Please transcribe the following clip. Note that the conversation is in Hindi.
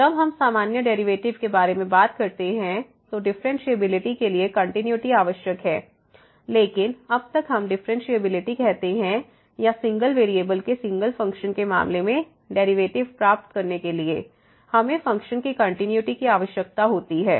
जब हम सामान्य डेरिवेटिव के बारे में बात करते हैं तो डिफ़्फ़रेनशियेबिलिटी के लिए कंटिन्यूटी आवश्यक है लेकिन अब तक हम डिफ़्फ़रेनशियेबिलिटी कहते हैं या सिंगल वेरिएबल के सिंगल फ़ंक्शन के मामले में डेरिवेटिव प्राप्त करने के लिए हमें फ़ंक्शन की कंटिन्यूटी की आवश्यकता होती है